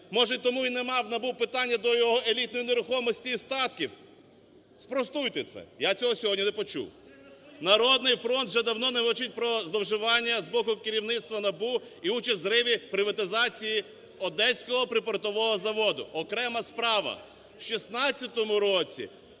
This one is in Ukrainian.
Може тому й нема в НАБУ питання до його елітної нерухомості і статків? Спростуйте це. Я цього сьогодні не почув. "Народний фронт" вже давно не мовчить про зловживання з боку керівництва НАБУ і участь у зриві приватизації "Одеського припортового заводу". Окрема справа. В 2016 році